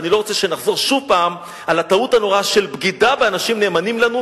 ואני לא רוצה שנחזור שוב על הטעות הנוראה של בגידה באנשים נאמנים לנו,